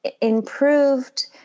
improved